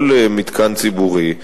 של כל מתקן ציבורי,